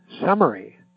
summary